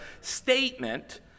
statement